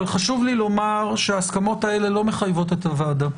אבל ההסכמות הללו לא מחייבות את הוועדה,